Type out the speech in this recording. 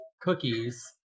cookies